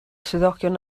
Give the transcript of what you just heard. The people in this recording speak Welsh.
swyddogion